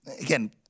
again